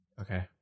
Okay